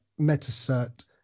MetaCert